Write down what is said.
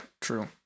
true